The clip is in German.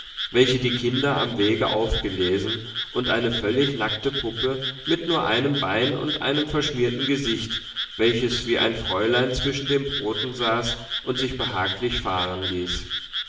welche die kinder am wege aufgelesen und eine völlig nackte puppe mit nur einem bein und einem verschmierten gesicht welches wie ein fräulein zwischen den broten saß und sich behaglich fahren ließ